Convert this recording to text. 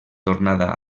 tornada